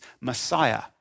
Messiah